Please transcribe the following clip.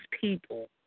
people